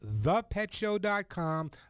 thepetshow.com